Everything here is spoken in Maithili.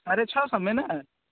साढ़े छओ सए मे नहि